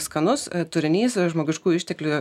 skanus turinys žmogiškųjų išteklių